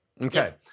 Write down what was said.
Okay